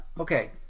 Okay